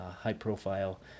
high-profile